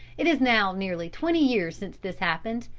it is now nearly twenty years since this happened,